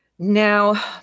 Now